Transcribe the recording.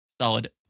solid